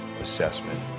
assessment